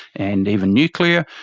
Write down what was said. and even nuclear,